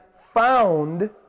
found